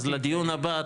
אז לדיון הבא,